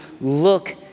look